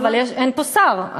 אבל אין פה שר,